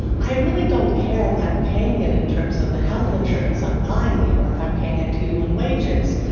i really don't care if i'm paying it in terms of the health insurance i'm buying you or if i'm paying it to you in wages.